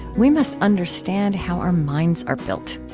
we must understand how our minds are built.